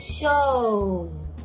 Show